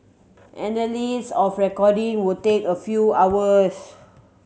analysis of recording would take a few hours